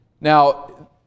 Now